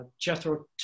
Jethro